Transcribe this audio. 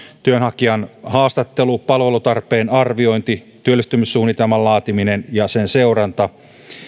työnhakijan haastattelu palvelutarpeen arviointi työllistymissuunnitelman laatiminen ja sen seuranta